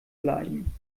bleiben